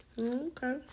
Okay